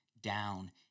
down